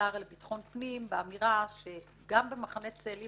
לשר לביטחון פנים באמירה שגם במחנה צאלים